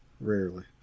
rarely